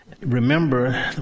remember